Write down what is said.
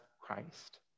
Christ